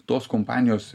tos kompanijos